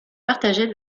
partagés